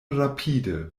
rapide